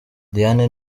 diane